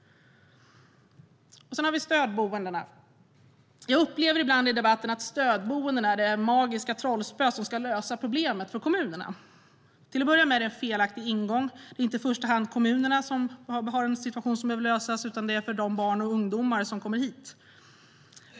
Sedan har vi stödboendena. Jag upplever ibland i debatten att stödboendena är det magiska trollspö som ska lösa problemet för kommunerna. Till att börja med är det en felaktig ingång. Det är inte i första hand kommunerna som har en situation som behöver lösas, utan det handlar om de barn och ungdomar som kommer hit.